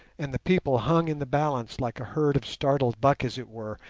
and the people hung in the balance like a herd of startled buck as it were,